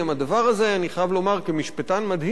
הדבר הזה, אני חייב לומר כמשפטן, מדהים אותי.